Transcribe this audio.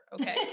Okay